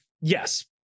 yes